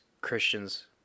Christians